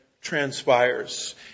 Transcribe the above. transpires